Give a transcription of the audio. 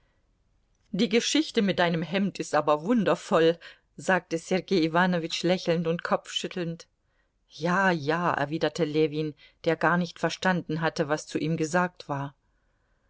die geschichte mit deinem hemd ist aber wundervoll sagte sergei iwanowitsch lächelnd und kopfschüttelnd ja ja erwiderte ljewin der gar nicht verstanden hatte was zu ihm gesagt war